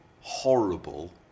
horrible